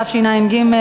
התשע"ג 2013,